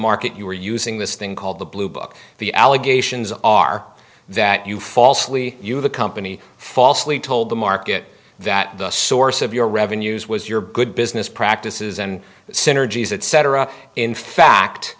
market you were using this thing called the blue book the allegations are that you falsely you the company falsely told the market that the source of your revenues was your good business practices and synergies etc in fact